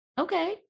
okay